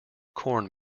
corn